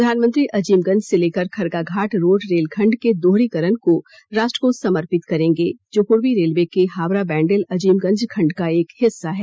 प्रधानमंत्री अजीमगंज से लेकर खरगाघाट रोड रेलखंड के दोहरीकरण को राष्ट्र को समर्पित करेंगे जो पूर्वी रेलवे के हावड़ा बैण्डेल अजीमगंज खंड का एक हिस्सा है